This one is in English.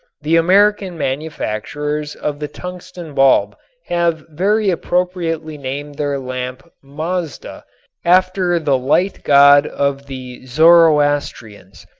the american manufacturers of the tungsten bulb have very appropriately named their lamp mazda after the light god of the zoroastrians.